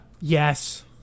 yes